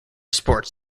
sports